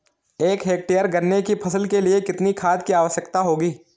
एक हेक्टेयर गन्ने की फसल के लिए कितनी खाद की आवश्यकता होगी?